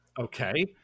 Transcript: Okay